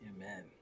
Amen